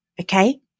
okay